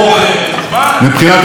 מבחינת המחויבות שלנו.